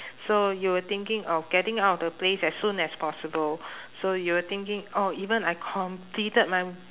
so you were thinking of getting out of the place as soon as possible so you were thinking oh even I completed my